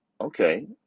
okay